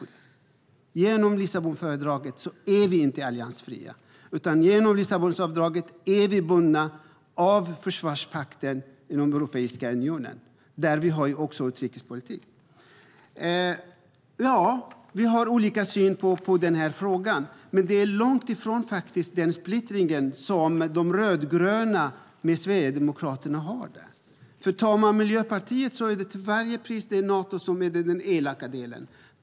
I och med Lissabonfördraget är vi inte alliansfria, utan vi är bundna av försvarspakten inom Europeiska unionen, där vi ju också har utrikespolitik. Ja, vi har olika syn på denna fråga, men det är långt från den splittring som finns inom de rödgröna och Sverigedemokraterna. För Miljöpartiet är Nato den elaka delen.